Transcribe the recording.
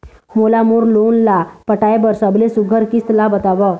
मोला मोर लोन ला पटाए बर सबले सुघ्घर किस्त ला बताव?